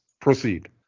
proceed